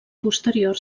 posterior